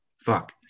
Fuck